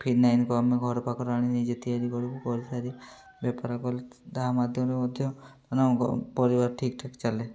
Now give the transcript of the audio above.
ଫିନାଇଲ୍କୁ ଆମେ ଘର ପାଖରେ ଆଣି ନିଜେ ତିଆରି କରିବୁ କରିସାରି ବେପାର କଲେ ତାହା ମାଧ୍ୟମରେ ମଧ୍ୟ ପରିବାର ଠିକ୍ଠାକ୍ ଚାଲେ